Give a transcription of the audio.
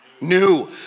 new